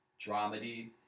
dramedy